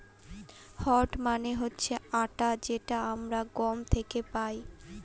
wheat মানে হচ্ছে আটা যেটা আমরা গম থেকে পাই